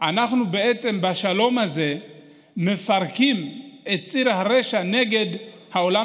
אנחנו בשלום הזה מפרקים את ציר הרשע נגד העולם